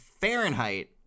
fahrenheit